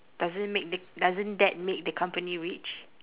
doesn't make the doesn't that make the company rich